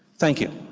thank you.